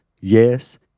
Yes